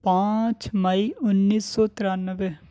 پانچ مئی انیس سو ترانوے